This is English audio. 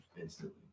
Instantly